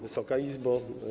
Wysoka Izbo!